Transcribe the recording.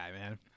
man